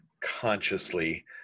consciously